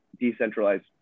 decentralized